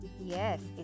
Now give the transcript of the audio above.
Yes